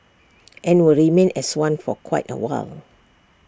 and will remain as one for quite A while